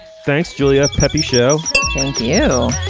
thanks julia. happy show thank you.